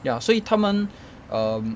ya 所以他们 um